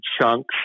Chunks